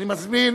אני קובע